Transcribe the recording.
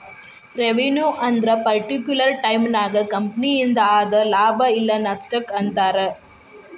revenue ಅಂದ್ರ particular ಟೈಮನ್ಯಾಗ ಕಂಪನಿಯಿಂದ ಆದ ಲಾಭ ಇಲ್ಲ ನಷ್ಟಕ್ಕ ಅಂತಾರ